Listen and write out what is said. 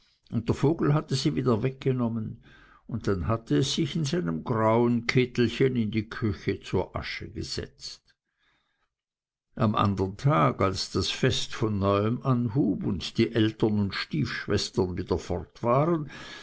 der vogel hatte sie wieder weggenommen und dann hatte es sich in seinem grauen kittelchen in die küche zur asche gesetzt am andern tag als das fest von neuem anhub und die eltern und stiefschwestern wieder fort waren